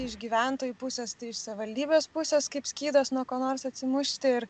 iš gyventojų pusės tai iš savivaldybės pusės kaip skydas nuo ko nors atsimušti ir